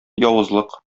явызлык